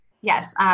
Yes